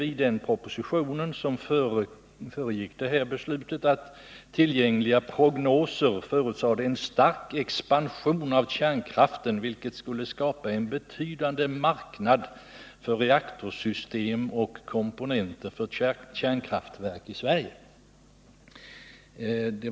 I den proposition som låg till grund för beslutet om Uddcomb hette det att tillgängliga prognoser förutser en stark expansion av kärnkraften, något som kan skapa en betydande marknad för reaktorsystem och komponenter för kärnkraftverk i Sverige.